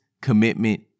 commitment